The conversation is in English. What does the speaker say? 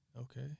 okay